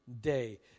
day